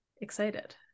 excited